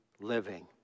living